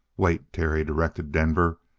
wait, terry directed denver.